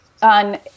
on